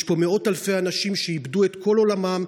יש פה מאות אלפי אנשים שאיבדו את כל עולמם,